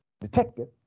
detective